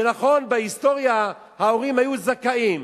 שנכון, בהיסטוריה ההורים היו זכאים,